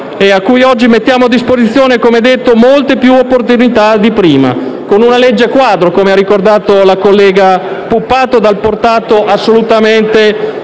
e a cui oggi mettiamo a disposizione - come ho detto - molte più opportunità di prima, con una legge quadro - come ha ricordato la collega Puppato - dal portato assolutamente